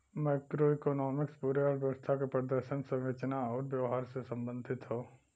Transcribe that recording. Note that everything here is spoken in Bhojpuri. मैक्रोइकॉनॉमिक्स पूरे अर्थव्यवस्था क प्रदर्शन, संरचना आउर व्यवहार से संबंधित हौ